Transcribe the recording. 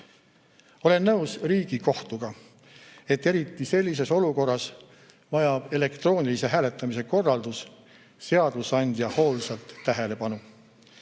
Olen nõus Riigikohtuga, et eriti sellises olukorras vajab elektroonilise hääletamise korraldus seadusandja hoolsat tähelepanu.